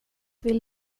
vill